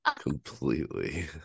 Completely